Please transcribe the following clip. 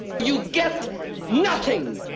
you get nothing!